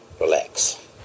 relax